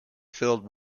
filled